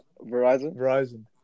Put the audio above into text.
Verizon